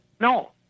No